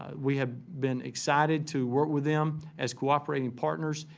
ah we have been excited to work with them as cooperating partners,